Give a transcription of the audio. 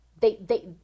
They—they